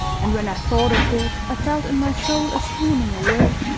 and when i thought of it, i felt in my soul a swooning away,